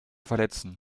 verletzen